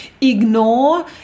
ignore